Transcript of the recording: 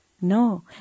No